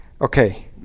Okay